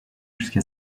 jusqu’à